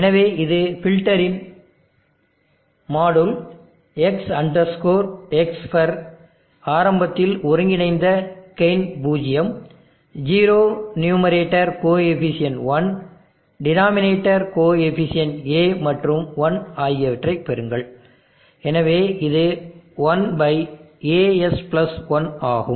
எனவே இது ஃபில்டரின் மாடுல் s xfer ஆரம்பத்தில் ஒருங்கிணைந்த கெயின் பூஜ்ஜியம் zero numerator coefficient 1 denominator coefficient a மற்றும் 1 ஆகியவற்றைப் பெறுங்கள் எனவே இது 1as 1 ஆகும்